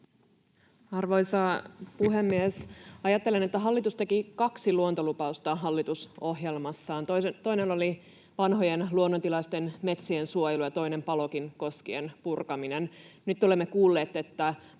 Arvoisa puhemies! Ajattelen, että hallitus teki kaksi luontolupausta hallitusohjelmassaan: toinen oli vanhojen luonnontilaisten metsien suojelu ja toinen Palokin koskien purkaminen. Nyt olemme kuulleet, että